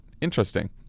interesting